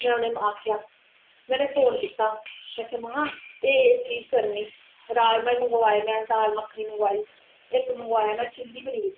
में उनेंगी आखेआ में गी फौन कीता में आखेआ में एह् एह् चीज करनी राजमां बी मंगवाए में दाल मक्खनी मंगकई में इक मंगवाया में चिल्ली पनीर